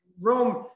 rome